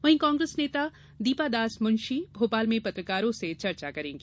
वही कांग्रेस नेता दीपा दासमंशी भोपाल में पत्रकारों से चर्चा करेंगी